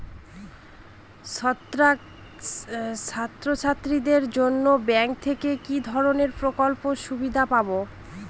ছাত্রছাত্রীদের জন্য ব্যাঙ্ক থেকে কি ধরণের প্রকল্পের সুবিধে পাবো?